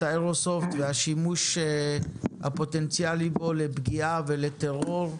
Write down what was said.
האיירסופט והשימוש הפוטנציאלי בו לפגיעה ולטרור,